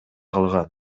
калган